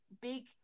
big